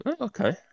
okay